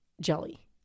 jelly